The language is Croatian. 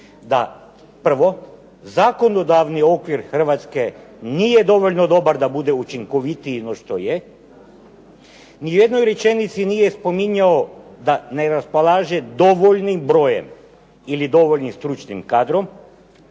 da prvo, zakonodavni okvir Hrvatske nije dovoljno dobar da bude učinkovitiji no što je. U nijednoj rečenici nije spominjao da ne raspolaže dovoljnim brojem ili dovoljnim stručnim kadrom,